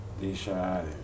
D-Shot